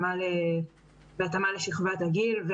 בהתאמה לשכבת הגיל,